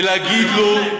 ולהגיד לו: